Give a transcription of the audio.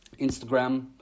Instagram